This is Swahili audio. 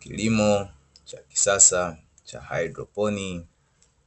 Kilimo cha kisasa cha haidroponi